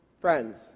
Friends